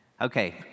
Okay